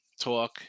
talk